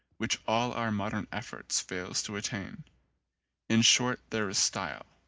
which all our modern effort fails to attain in short there is style.